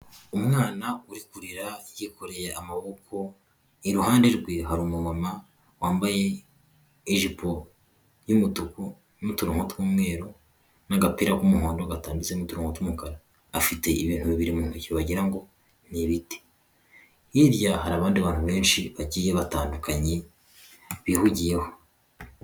Umwana urikurira yikoreye amaboko, iruhande rwe hari umumama wambaye ijipo y'umutuku n'uturuko tw'umweru n'agapira k'umuhondo gatambitsemo uturongo tw'umukara. Afite ibintu bibiri mu intoki wagira ngo ni ibiti. Hirya hari abandi bantu benshi bagiye batandukanye bihugiyeho.